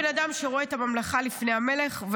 ואני בן אדם שרואה את הממלכה לפני המלך.